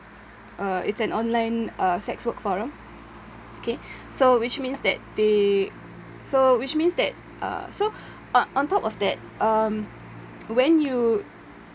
uh it's an online uh sex work forum okay so which means that they so which means that uh so on on top of that when you